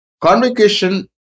Convocation